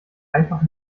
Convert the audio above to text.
einfach